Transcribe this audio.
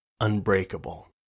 unbreakable